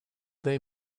they